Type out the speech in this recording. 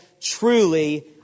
truly